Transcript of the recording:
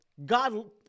God